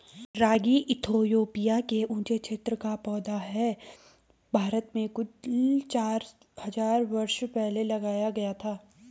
रागी Ethiopia के ऊँचे क्षेत्रों का पौधा है भारत में कुछ चार हज़ार बरस पहले लाया गया था